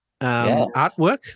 artwork